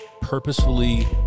Purposefully